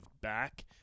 back